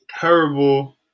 terrible